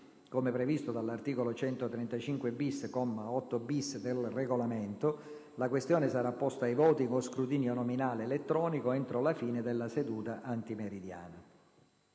Come previsto dall'articolo 135-*bis*, comma 8-*bis*, del Regolamento, la questione sarà posta ai voti con scrutinio nominale elettronico entro la fine della seduta antimeridiana.